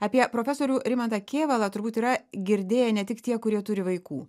apie profesorių rimantą kėvalą turbūt yra girdėję ne tik tie kurie turi vaikų